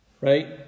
Right